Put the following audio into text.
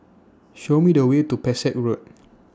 Show Me The Way to Pesek Road